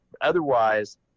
Otherwise